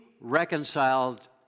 reconciled